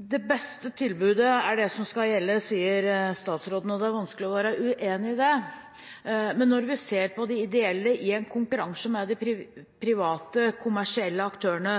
Det beste tilbudet er det som skal gjelde, sier statsråden, og det er vanskelig å være uenig i det. Men når vi ser på de ideelle i en konkurranse med de private, kommersielle aktørene,